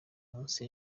munsi